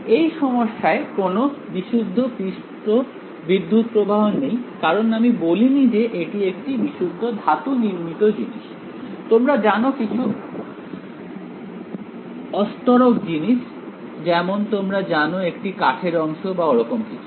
এই সমস্যায় কোন বিশুদ্ধ পৃষ্ঠ বিদ্যুৎপ্রবাহ নেই কারণ আমি বলিনি যে এটি একটি বিশুদ্ধ ধাতুনির্মিত জিনিস তোমরা জানো কিছু অস্তরক জিনিস যেমন তোমরা জানো একটি কাঠের অংশ বা ওরকম কিছু